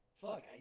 Fuck